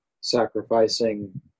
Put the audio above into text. sacrificing